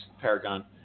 Paragon